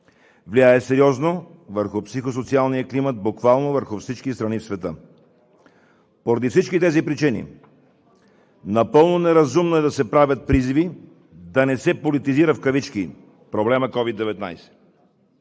влияе сериозно върху психо-социалния климат, и буквално на всички страни в света. Поради всички тези причини напълно неразумно е да се правят призиви да не се „политизира“ проблемът COVID-19.